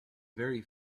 very